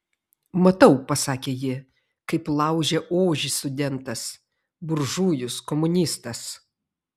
matau pasakė ji kaip laužia ožį studentas buržujus komunistas